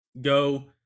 go